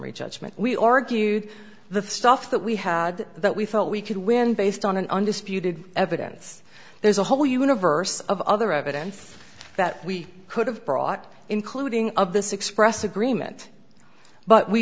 judgment we argued the stuff that we had that we thought we could win based on an undisputed evidence there's a whole universe of other evidence that we could have brought including of this express agreement but we